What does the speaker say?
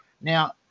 Now